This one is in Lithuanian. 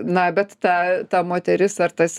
na bet ta ta moteris ar tas